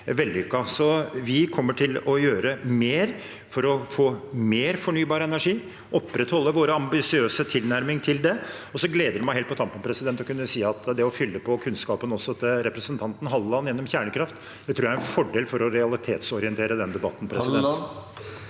Så vi kommer til å gjøre mer for å få mer fornybar energi og opprettholde våre ambisiøse tilnærminger til det. Det gleder meg helt på tampen å kunne si at det å fylle på kunnskapen til representanten Halleland om kjernekraft, tror jeg er en fordel for å realitetsorientere den debatten. Terje